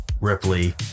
Ripley